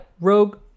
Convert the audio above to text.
Rogue